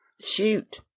Shoot